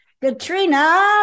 Katrina